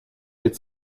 its